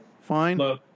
fine